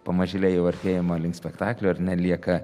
pamažėle jau artėjama link spektaklio ar ne lieka